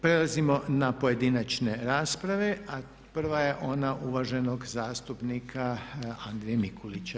Prelazimo na pojedinačne rasprave a prva je ona uvaženog zastupnika Andrije Mikulića.